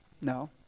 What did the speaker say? No